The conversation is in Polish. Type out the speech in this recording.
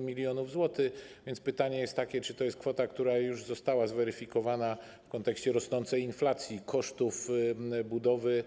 mln zł, więc pytanie jest takie, czy to jest kwota, która już została zweryfikowana w kontekście rosnącej inflacji, kosztów budowy.